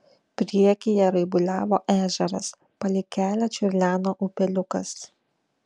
priekyje raibuliavo ežeras palei kelią čiurleno upeliukas